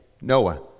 Noah